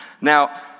Now